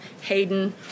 Hayden